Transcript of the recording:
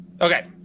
okay